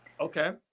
Okay